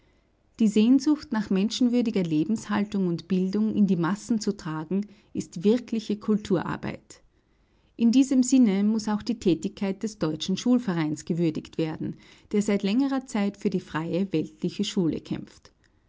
die sehnsucht nach menschenwürdiger lebenshaltung und bildung in die massen zu tragen ist wirkliche kulturarbeit in diesem sinne muß auch die tätigkeit des deutschen schulvereins gewürdigt werden der seit längerer zeit für die freie weltliche schule kämpft